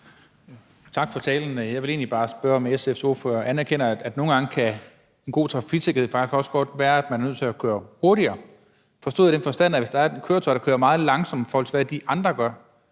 Tak for talen. Jeg vil egentlig bare spørge, om SF's ordfører anerkender, at nogle gange kan en god trafiksikkerhed faktisk også godt være, at man er nødt til at køre hurtigere, forstået på den måde, at hvis der er et køretøj, der kører meget langsomt, i forhold til hvad de andre gør,